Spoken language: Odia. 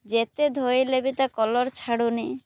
ଯେତେ ଧୋଇଲେ ବି ତା କଲର୍ ଛାଡ଼ୁନି